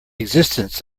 existence